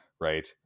Right